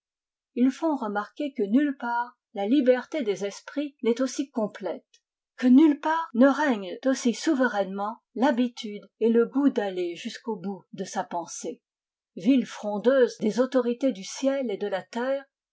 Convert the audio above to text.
ils font remarquer que nulle part la liberté des esprits n'est aussi complète que nulle part ne régnent aussi souverainement l'habitude et le goût d'aller jusqu'au bout de sa pensée ville frondeuse des autorités du ciel et de la terre